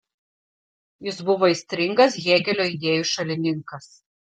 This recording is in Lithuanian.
jis buvo aistringas hėgelio idėjų šalininkas